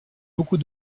beaucoup